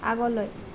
আগলৈ